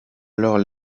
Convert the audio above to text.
alors